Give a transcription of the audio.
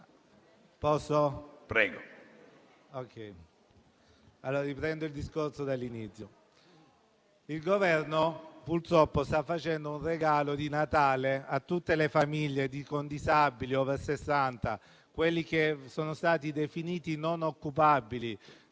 purtroppo sta facendo un regalo di Natale a tutte le famiglie con disabili o *over* 60, quelli che sono stati definiti non occupabili